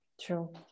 True